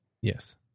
Yes